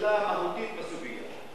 לשאלה המהותית בסוגיה.